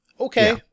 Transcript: Okay